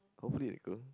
hopefully they go